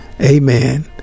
Amen